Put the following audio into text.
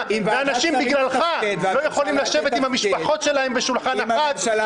ואנשים בגללך לא יכולים לשבת עם המשפחות שלהם בשולחן החג.